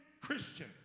Christian